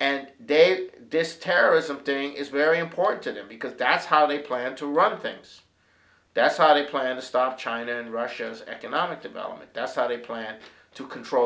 and they this terrorism doing is very important to them because that's how they plan to run things that's how they plan to stop china and russia as an economic development that's how they plan to control